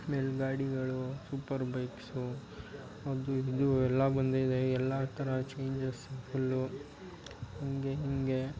ಆಮೇಲೆ ಗಾಡಿಗಳು super bikes ಅದು ಇದು ಎಲ್ಲ ಬಂದಿದೆ ಎಲ್ಲ ಥರ ಚೇಂಜಸ್ಸು ಫುಲ್ಲು ಹಾಗೆ ಹೀಗೆ